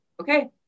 okay